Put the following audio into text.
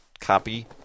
copy